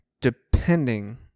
Depending